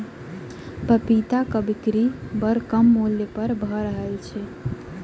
पपीताक बिक्री बड़ कम मूल्य पर भ रहल अछि